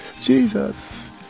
Jesus